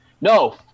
No